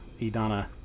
Idana